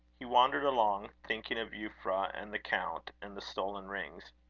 he wandered along, thinking of euphra and the count and the stolen rings.